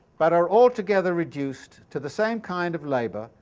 but are all together reduced to the same kind of labour,